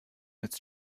ist